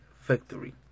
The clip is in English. victory